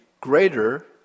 greater